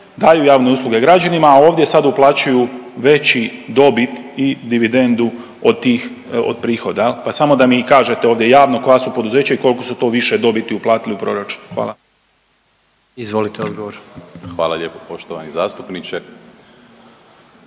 daju javne usluge građanima, a ovdje sad uplaćuju veći dobit i dividendu od tih, od prihoda jel, pa samo da mi kažete ovdje javno koja su poduzeća i kolko su to više dobiti uplatili u proračun, hvala. **Jandroković, Gordan (HDZ)**